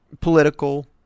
political